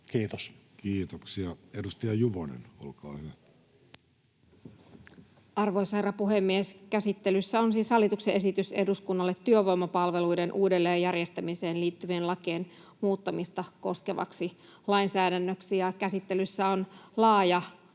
lainsäädännöksi Time: 15:22 Content: Arvoisa herra puhemies! Käsittelyssä on siis hallituksen esitys eduskunnalle työvoimapalveluiden uudelleenjärjestämiseen liittyvien lakien muuttamista koskevaksi lainsäädännöksi. Käsittelyssä on laaja